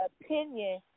opinion